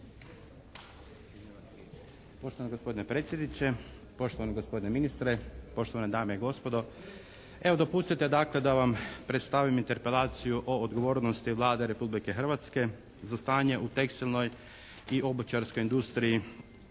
Poštovani gospodine predsjedniče, poštovani gospodine ministre, poštovane dame i gospodo. Evo dopustite dakle da vam predstavim Interpelaciju o odgovornosti Vlade Republike Hrvatske za stanje u tekstilnoj i obućarskoj industriji